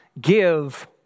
give